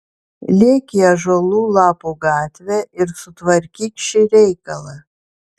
lėk į ąžuolų lapų gatvę ir sutvarkyk šį reikalą